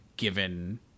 Given